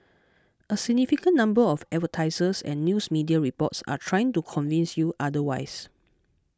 a significant number of advertisers and news media reports are trying to convince you otherwise